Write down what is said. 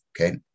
Okay